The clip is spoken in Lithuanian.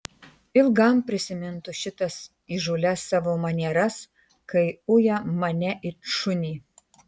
ilgam prisimintų šitas įžūlias savo manieras kai uja mane it šunį